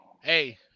Hey